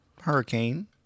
Hurricane